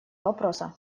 вопроса